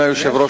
יש הצעות,